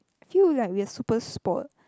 feel like we are super spoilt